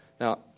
Now